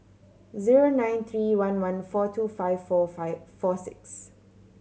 zero nine three one one four two five four five four six